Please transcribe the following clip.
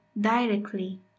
directly